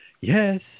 yes